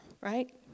right